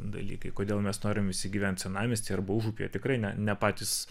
dalykai kodėl mes norim visi gyvent senamiestyje arba užupyje tikrai ne ne patys